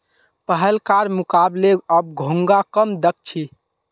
पहलकार मुकबले अब घोंघा कम दख छि